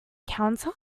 counter